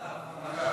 מה פתאום, ועדה.